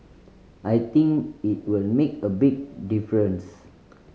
I think it will make a big difference